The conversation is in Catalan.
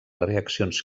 reaccions